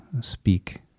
speak